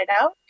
out